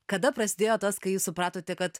kada prasidėjo tas kai jūs supratote kad